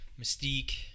Mystique